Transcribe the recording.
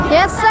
Yes